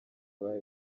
bari